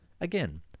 Again